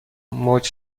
موج